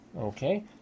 okay